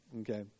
Okay